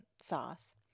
sauce